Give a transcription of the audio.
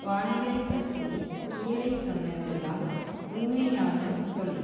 வானிலை பற்றி கீழே சொன்னதெல்லாம் உண்மையான்னு சொல்